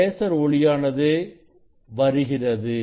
laser ஒளியானது வருகிறது